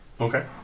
Okay